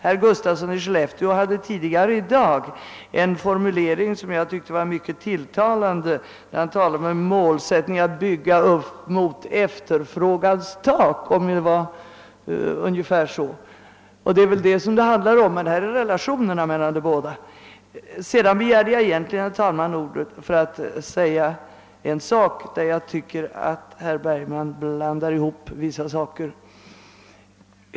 Herr Gustafsson i Skellefteå använde tidigare i dag en formulering som jag tyckte var mycket tilltalande; han talade om en målsättning att bygga upp mot efterfrågans tak, det var ungefär så han uttryckte sig. Det är väl det som det handlar om, men här gäller det relationerna mellan de båda. Jag begärde egentligen, herr talman, ordet för att framhålla att jag tycker att herr Bergman blandar ihop vissa saker.